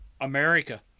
America